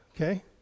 Okay